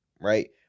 right